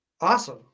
Awesome